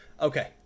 Okay